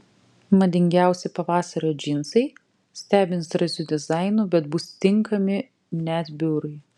madingiausi pavasario džinsai stebins drąsiu dizainu bet bus tinkami net biurui